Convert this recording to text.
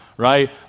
right